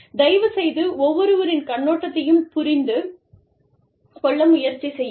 தயவுசெய்து ஒவ்வொருவரின் கண்ணோட்டத்தையும் புரிந்து கொள்ள முயற்சி செய்யுங்கள்